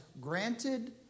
Granted